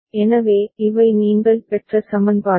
எனவே இவை நீங்கள் பெற்ற சமன்பாடுகள்